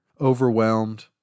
overwhelmed